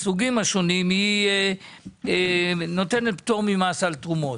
הסוגים השונים נותנת פטור ממס על תרומות.